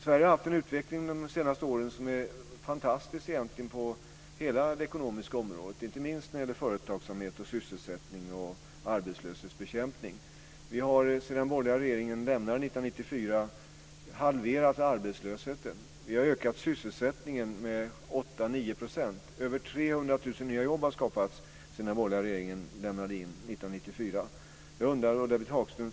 Sverige har haft en utveckling under de senaste åren som är fantastisk på hela det ekonomiska området, inte minst när det gäller företagsamhet, sysselsättning och bekämpning av arbetslöshet. Sedan den borgerliga regeringen lämnade makten 1994 har vi halverat arbetslösheten. Vi har ökat sysselsättningen med 8-9 %. Vi har skapat över 300 000 nya jobb sedan den borgerliga regeringen lämnade makten 1994.